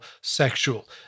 sexual